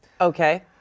Okay